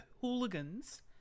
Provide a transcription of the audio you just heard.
hooligans